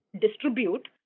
distribute